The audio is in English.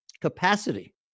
capacity